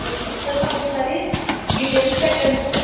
okay sir sir మాకు ఒకసారి details పెట్టండి సార్